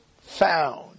found